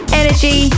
energy